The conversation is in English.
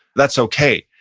that's okay.